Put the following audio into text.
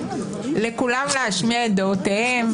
לכולם להשמיע את דעותיהם,